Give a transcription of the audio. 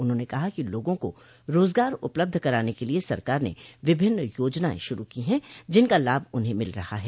उन्होंने कहा कि लोगों को रोजगार उपलब्ध कराने के लिए सरकार ने विभिन्न योजनाएं श्रू की है जिनका लाभ उन्हें मिल रहा है